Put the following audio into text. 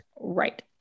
Right